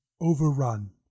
overrun